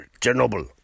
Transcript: Chernobyl